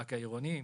רק העירוניים